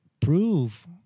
prove